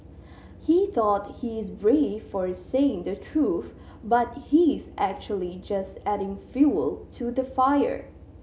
he thought he's brave for saying the truth but he's actually just adding fuel to the fire